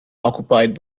occupied